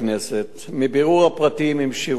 מבירור הפרטים עם שירות בתי-הסוהר